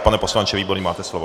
Pane poslanče Výborný, máte slovo.